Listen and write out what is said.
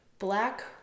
Black